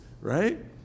right